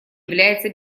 является